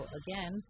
again